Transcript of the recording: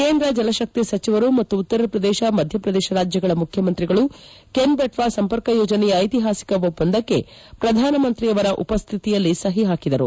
ಕೇಂದ್ರ ಜಲಕಕ್ತಿ ಸಚಿವರು ಮತ್ತು ಉತ್ತರ ಪ್ರದೇಶ ಮಧ್ವಪ್ರದೇಶ ರಾಜ್ಯಗಳ ಮುಖ್ಯಮಂತ್ರಿಗಳು ಕೆನ್ ಬೆಟ್ನಾ ಸಂಪರ್ಕ ಯೋಜನೆಯ ಐತಿಹಾಸಿಕ ಒಪ್ಪಂದಕ್ಕೆ ಪ್ರಧಾನಮಂತ್ರಿಯವರ ಉಪಸ್ಟಿತಿಯಲ್ಲಿ ಸಹಿ ಹಾಕಿದರು